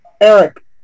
Eric